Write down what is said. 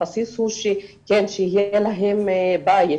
הבסיס הוא כן שיהיה להם בית.